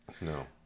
No